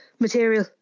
Material